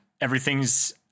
everything's